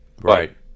Right